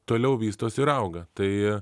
toliau vystosi ir auga tai